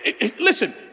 Listen